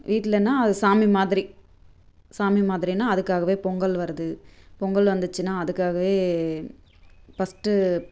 வீட்லைன்னா அது சாமி மாதிரி சாமி மாதிரின்னா அதுக்காகவே பொங்கல் வருது பொங்கல் வந்துச்சுன்னால் அதுக்காகவே ஃபஸ்ட்டு